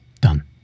Done